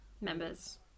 members